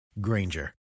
Granger